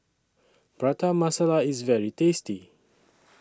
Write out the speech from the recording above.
Prata Masala IS very tasty